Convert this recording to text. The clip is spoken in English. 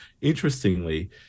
interestingly